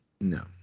No